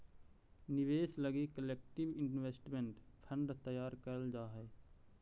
निवेश लगी collective investment fund तैयार करल जा हई